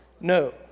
No